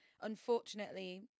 unfortunately